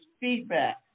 feedback